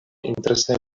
interesaj